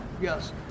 yes